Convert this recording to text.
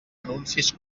anuncis